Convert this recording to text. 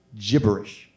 gibberish